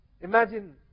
Imagine